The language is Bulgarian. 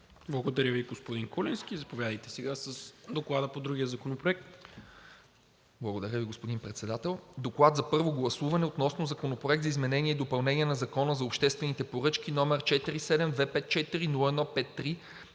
Благодаря Ви, господин Куленски. Заповядайте сега с Доклада по другия законопроект. ДОКЛАДЧИК ПЕТЪР КУЛЕНСКИ: Благодаря Ви, господин Председател. ДОКЛАД за първо гласуване относно Законопроект за изменение и допълнение на Закона за обществените поръчки, № 47-254-01-53,